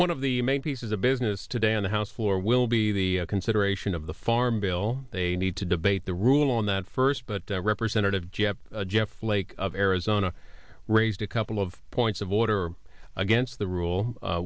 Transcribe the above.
one of the main pieces of business today on the house floor will be the consideration of the farm bill they need to debate the rule on that first but representative jeff jeff flake of arizona raised a couple of points of order against the rule